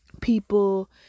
people